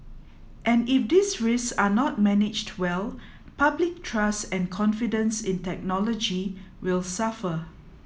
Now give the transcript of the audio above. and if these risks are not managed well public trust and confidence in technology will suffer